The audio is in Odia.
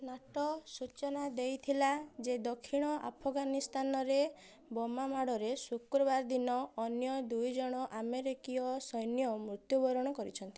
ନାଟୋ ସୂଚନା ଦେଇଥିଲା ଯେ ଦକ୍ଷିଣ ଆଫଗାନିସ୍ତାନରେ ବୋମାମାଡ଼ରେ ଶୁକ୍ରବାର ଦିନ ଅନ୍ୟ ଦୁଇ ଜଣ ଆମେରିକୀୟ ସୈନ୍ୟ ମୃତ୍ୟୁବରଣ କରିଛନ୍ତି